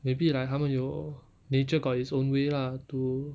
maybe like 他们有 nature got it's own way lah to